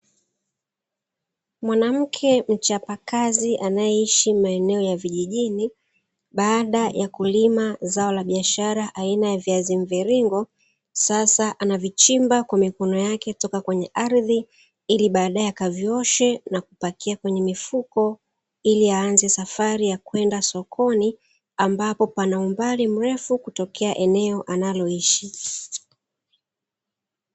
Mwanamke mchapakazi anayeishi maeneo ya vijijini, baada ya kulima zao la biashara aina ya viazi mviringo, sasa anavichimba kwa mikono yake kutoka kwenye ardhi ili baadaye akavioshe na kupakia kwenye mifuko ili aanze safari ya kwenda sokoni, ambapo pana umbali mrefu kutokea eneo analoishi.